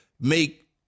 make